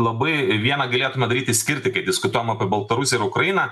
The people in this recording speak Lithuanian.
labai vieną galėtume daryti skirtį kai diskutuojam apie baltarusiją ir ukrainą